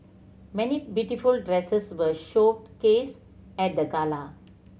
many beautiful dresses were showcased at the gala